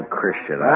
Christian